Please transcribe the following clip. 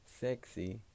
sexy